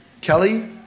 Kelly